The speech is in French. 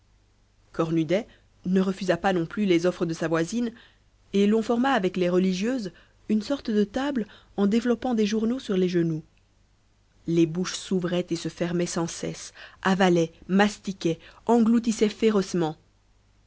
cornudet ne refusa pas non plus les offres de sa voisine et l'on forma avec les religieuses une sorte de table en développant des journaux sur les genoux les bouches s'ouvraient et se fermaient sans cesse avalaient mastiquaient engloutissaient férocement